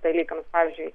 dalykams pavyzdžiui